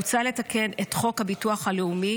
מוצע לתקן את חוק הביטוח הלאומי